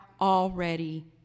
already